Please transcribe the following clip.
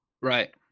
Right